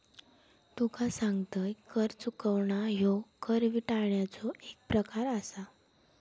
तुका सांगतंय, कर चुकवणा ह्यो कर टाळण्याचो एक प्रकार आसा